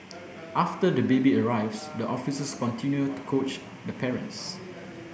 after the baby arrives the officers continue to coach the parents